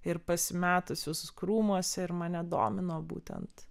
ir pasimetusius krūmuose ir mane domino būtent